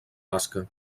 basca